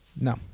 No